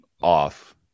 off